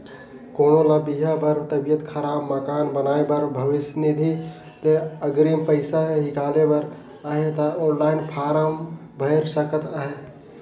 कोनो ल बिहा बर, तबियत खराब, मकान बनाए बर भविस निधि ले अगरिम पइसा हिंकाले बर अहे ता ऑनलाईन फारम भइर सकत अहे